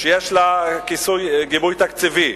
שיש לה גיבוי תקציבי,